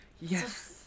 Yes